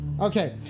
Okay